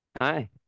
hi